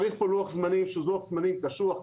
צריך פה לוח זמנים שהוא לוח זמנים קשוח,